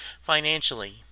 financially